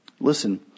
listen